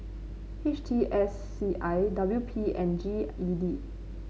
H T S C I W P and G E D